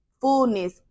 fullness